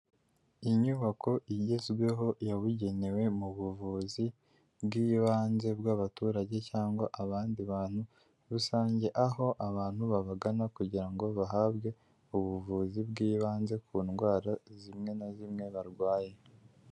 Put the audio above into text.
Inyubako igezweho yabugenewe mu buvuzi bw'ibanze bw'abaturage cyangwa abandi bantu rusange, aho abantu babagana kugira ngo bahabwe ubuvuzi bw'ibanze ku ndwara zimwe na zimwe barwaye.